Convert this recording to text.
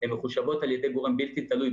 הן מחושבות על ידי גורם בלתי תלוי.